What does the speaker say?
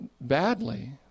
badly